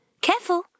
Careful